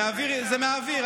זה מהאוויר.